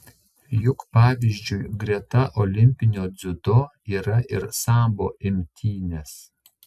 juk pavyzdžiui greta olimpinio dziudo yra ir sambo imtynės